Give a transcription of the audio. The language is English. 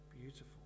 beautiful